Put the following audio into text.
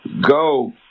go